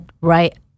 right